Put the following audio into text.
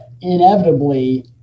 inevitably